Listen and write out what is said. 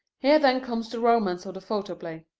here then comes the romance of the photoplay.